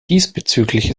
diesbezüglich